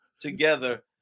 together